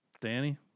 Danny